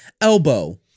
elbow